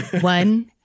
One